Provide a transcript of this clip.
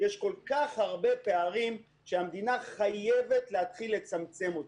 יש כל כך הרבה פערים שהמדינה חייבת לצמצם אותם.